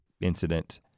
incident